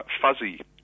fuzzy